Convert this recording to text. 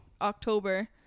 October